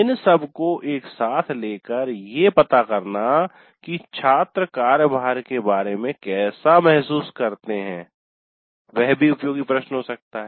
इन सबको एकसाथ लेकर ये पता करना कि छात्र कार्यभार के बारे में कैसा महसूस करते है वह भी उपयोगी प्रश्न हो सकता है